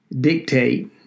dictate